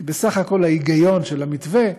כי בסך הכול ההיגיון של המתווה,